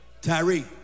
Tyree